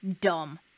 Dumb